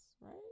right